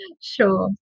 Sure